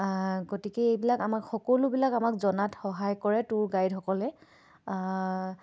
গতিকে এইবিলাক আমাক সকলোবিলাক আমাক জনাত সহায় কৰে টুৰ গাইডসকলে